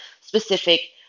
specific